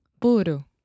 Puro